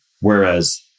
Whereas